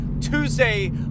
Tuesday